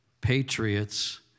Patriots